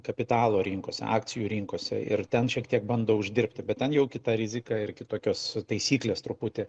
kapitalo rinkose akcijų rinkose ir ten šiek tiek bando uždirbti bet ten jau kita rizika ir kitokios taisyklės truputį